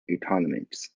economics